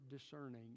discerning